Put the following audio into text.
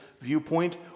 viewpoint